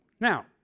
Now